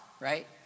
right